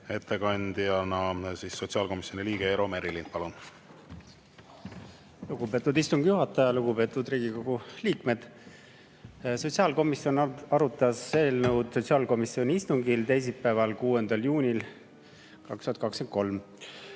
sotsiaalkomisjoni nimel sotsiaalkomisjoni liikme Eero Merilinnu. Palun! Lugupeetud istungi juhataja! Lugupeetud Riigikogu liikmed! Sotsiaalkomisjon arutas seda eelnõu sotsiaalkomisjoni istungil teisipäeval, 6. juunil 2023.